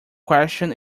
question